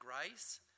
grace